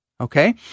Okay